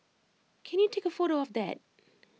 can you take A photo of that